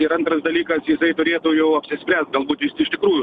ir antras dalykas tai turėtų jau apsispręst galbūt jis iš tikrųjų